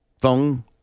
phone